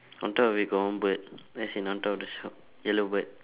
on top of it got one bird as in on top of the shelf yellow bird